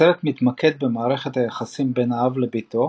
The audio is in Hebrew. הסרט מתמקד במערכת היחסים בין האב לבתו,